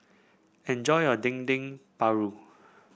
enjoy your Dendeng Paru